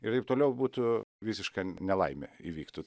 ir taip toliau būtų visiška nelaimė įvyktų